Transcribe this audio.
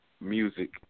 Music